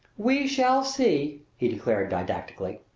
we shall see! he declared didactically.